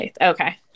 okay